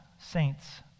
saints